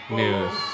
news